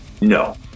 No